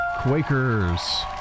Quakers